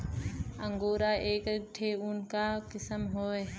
angora एक ठे ऊन क किसम हौ